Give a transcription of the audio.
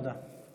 תודה.